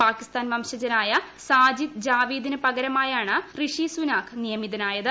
പാകിസ്ഥാൻ വംശജനായ സാജിദ് ജാവീദിന് പകരമായാണ് റിഷി സുനാക് നിയമിതനായത്